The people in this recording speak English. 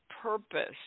purpose